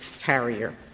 carrier